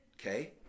Okay